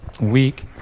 week